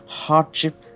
hardship